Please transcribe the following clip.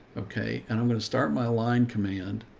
okay. and i'm going to start my line command.